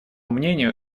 мнению